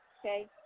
okay